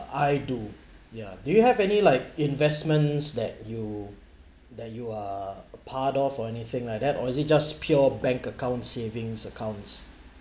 I do ya do you have any like investments that you that you are a part of or anything like that or is it just pure bank account savings accounts